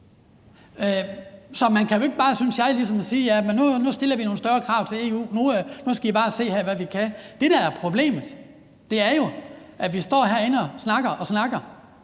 Så man kan jo ikke bare, synes jeg, ligesom sige, at nu stiller vi nogle større krav til EU, og at nu skal I bare se her, hvad vi kan. Det, der er problemet, er jo, at vi står herinde og snakker og snakker,